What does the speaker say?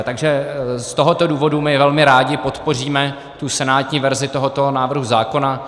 Takže z tohoto důvodu my velmi rádi podpoříme senátní verzi tohoto návrhu zákona.